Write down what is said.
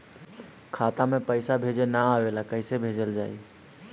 खाता में पईसा भेजे ना आवेला कईसे भेजल जाई?